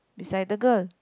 beside the girl